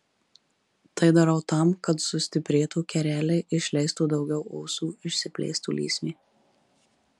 tai darau tam kad sustiprėtų kereliai išleistų daugiau ūsų išsiplėstų lysvė